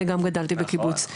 אני גם גדלתי בקיבוץ,